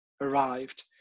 arrived